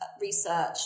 research